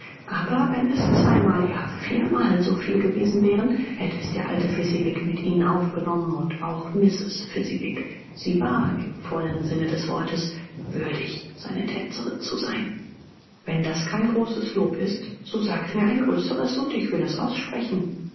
aber wenn es zweimal ja viermal so viel gewesen wären hätte es der alte fezziwig mit ihnen aufgenommen und auch mrs fezziwig sie war im vollen sinne des wortes würdig seine tänzerin zu sein wenn das kein großes lob ist so sagt mir ein größeres und ich will es aussprechen